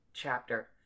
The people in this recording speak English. chapter